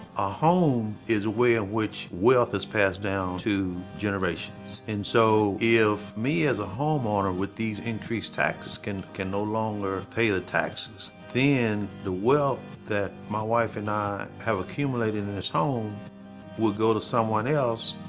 a home is a way of which wealth is passed down through generations. and so if me as a homeowner, with these increased taxes can can no longer pay the taxes, then the wealth that my wife and i have accumulated in this home will go to someone else,